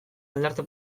aldarte